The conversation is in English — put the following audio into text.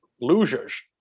losers